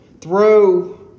throw